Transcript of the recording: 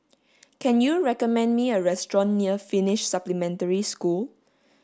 can you recommend me a restaurant near Finnish Supplementary School